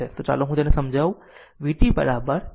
તો ચાલો હું તેને સમજાવું તેથી vt L eq di dt